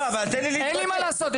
אין לי מה לעשות,